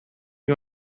you